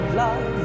love